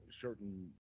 certain